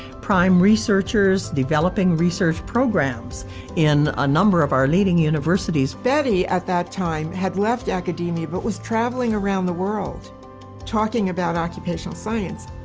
prime researchers developing research programs in a number of our leading universities. betty, at that time, had left academia but was traveling around the world talking about occupational science.